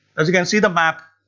as you can see the map,